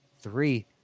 Three